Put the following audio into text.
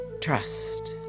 Trust